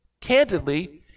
candidly